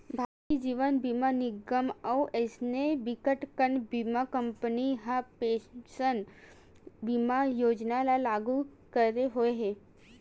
भारतीय जीवन बीमा निगन अउ अइसने बिकटकन बीमा कंपनी ह पेंसन बीमा योजना ल लागू करे हुए हे